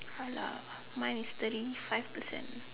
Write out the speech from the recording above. !alah! mine is thirty five percent